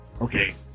Okay